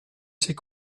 sais